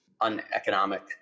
uneconomic